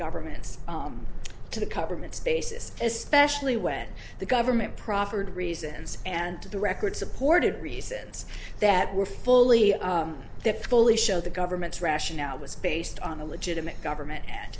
government's to the government's basis especially when the government proffered reasons and the record supported reasons that were fully to fully show the government's rationale was based on a legitimate government